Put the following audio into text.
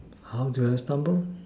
how do I stubble